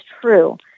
true